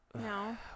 No